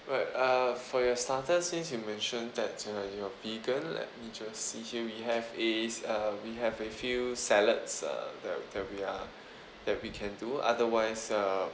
right uh for your starters since you mentioned that uh you're vegan let me just see here we have a s~ uh we have a few salads uh that that we are that we can do otherwise uh